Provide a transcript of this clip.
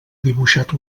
dibuixat